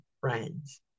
friends